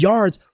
Yards